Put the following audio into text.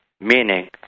meaning